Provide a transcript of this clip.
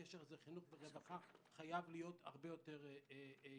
הקשר בין חינוך לרווחה חייב להיות הרבה יותר רחב.